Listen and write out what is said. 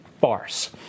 farce